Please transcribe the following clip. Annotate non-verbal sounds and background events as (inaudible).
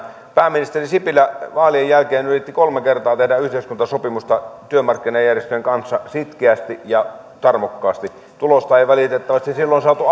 pääministeri sipilä vaalien jälkeen yritti kolme kertaa tehdä yhteiskuntasopimusta työmarkkinajärjestöjen kanssa sitkeästi ja tarmokkaasti tulosta ei valitettavasti silloin saatu (unintelligible)